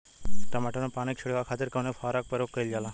टमाटर में पानी के छिड़काव खातिर कवने फव्वारा का प्रयोग कईल जाला?